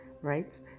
right